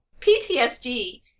PTSD